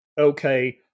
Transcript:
okay